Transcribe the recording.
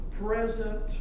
present